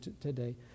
today